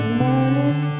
morning